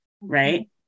right